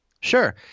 Sure